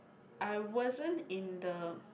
I wasn't in the